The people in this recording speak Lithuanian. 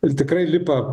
ir tikrai lipa